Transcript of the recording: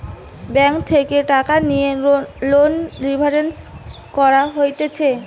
bank থেকে টাকা লিয়ে লোন লিভারেজ করা হতিছে